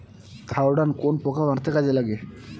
Thiodan কোন পোকা মারতে কাজে লাগে?